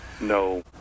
no